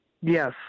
Yes